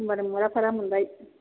होमबानो मुराफारा मोनबाय